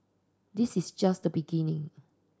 this is just the beginning